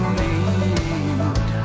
need